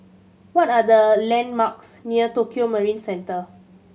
what are the landmarks near Tokio Marine Centre